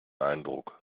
eindruck